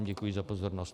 Děkuji vám za pozornost.